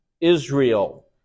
Israel